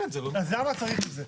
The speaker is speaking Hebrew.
אז למה צריך את זה?